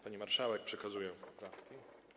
Pani marszałek, przekazuję poprawki.